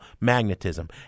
magnetism